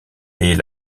est